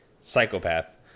psychopath